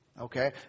Okay